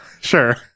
sure